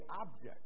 object